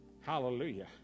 Hallelujah